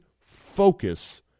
focus